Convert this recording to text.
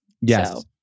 Yes